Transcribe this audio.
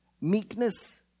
meekness